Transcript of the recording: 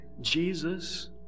Jesus